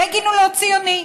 בגין הוא לא ציוני.